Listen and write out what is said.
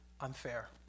unfair